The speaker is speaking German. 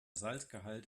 salzgehalt